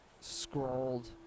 scrolled